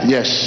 Yes